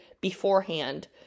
beforehand